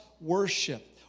worship